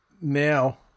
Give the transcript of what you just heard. now